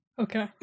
Okay